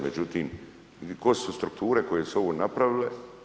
Međutim, tko su strukture koje su ovo napravile?